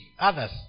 Others